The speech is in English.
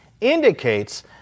indicates